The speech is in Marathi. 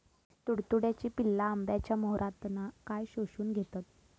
तुडतुड्याची पिल्ला आंब्याच्या मोहरातना काय शोशून घेतत?